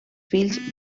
fills